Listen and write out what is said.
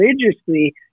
religiously